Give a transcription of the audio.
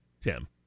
Tim